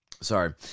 Sorry